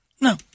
No